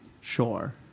Sure